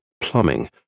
plumbing